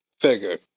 Figure